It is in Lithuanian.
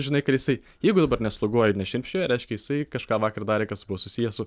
žinai kad jisai jeigu dabar nesloguoja ir nešnirpčioja reiškia jisai kažką vakar darė kas buvo susiję su